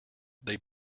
they